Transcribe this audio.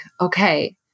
okay